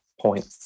point